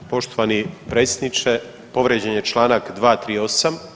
Pa poštovani predsjedniče, povrijeđen je čl. 238.